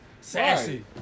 Sassy